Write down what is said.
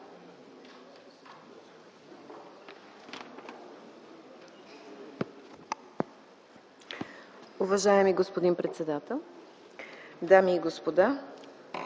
Уважаеми господин председател, дами и господа,